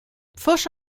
pfusch